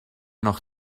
noch